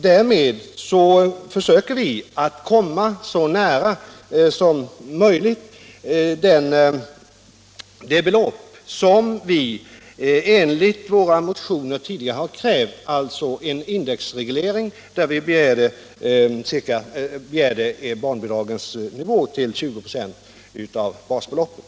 Därmed försöker vi att komma så nära som möjligt det belopp som centern och folkpartiet enligt sina motioner tidigare har krävt, dvs. en indexreglering, där vi begärde att barnbidragens nivå skulle vara 20 926 av basbeloppet.